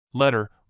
Letter